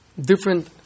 different